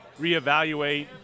reevaluate